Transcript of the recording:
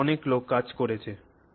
এতে অনেক লোক কাজ করছেন